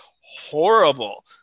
horrible